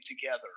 together